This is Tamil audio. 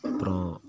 அப்புறம்